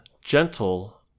gentle